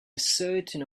certain